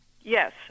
Yes